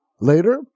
Later